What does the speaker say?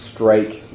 Strike